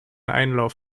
einlauf